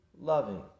loving